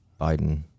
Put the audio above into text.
Biden